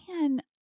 man